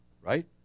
Right